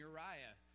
Uriah